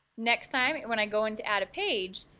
next time when i go in to add a page,